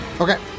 Okay